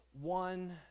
one